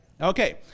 Okay